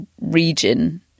region